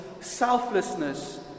Selflessness